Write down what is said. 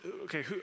okay